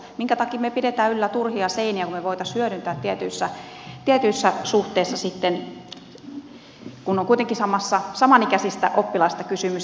minkä takia me pidämme yllä turhia seiniä kun me voisimme hyödyntää tietyissä suhteissa sitä että on kuitenkin samanikäisistä oppilaista kysymys